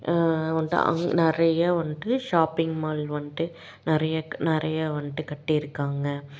வந்துட்டு அங்கே நிறையா வந்துட்டு ஷாப்பிங் மால் வந்துட்டு நிறைய நிறைய வந்துட்டு கட்டியிருக்காங்க